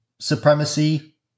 supremacy